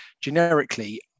generically